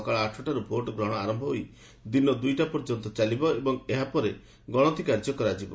ସକାଳ ଆଠଟାରୁ ଭୋଟ ଗ୍ରହଣ ଆରମ୍ଭ ହୋଇ ଦିନ ଦୁଇଟା ପର୍ଯ୍ୟନ୍ତ ଚାଲିବ ଏବଂ ଏହା ପରେ ପରେ ଗଣତି କାର୍ଯ୍ୟ କରାଯିବ